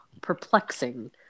perplexing